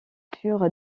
furent